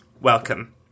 welcome